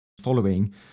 following